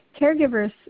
caregivers